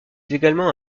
également